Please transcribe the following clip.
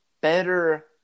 better